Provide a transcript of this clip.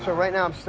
ah right now